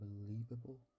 unbelievable